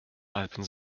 alpen